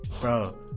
Bro